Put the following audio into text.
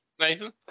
Nathan